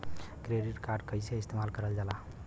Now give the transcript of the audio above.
Credit card कईसे इस्तेमाल करल जाला?